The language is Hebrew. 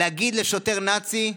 להגיד לשוטר נאצי,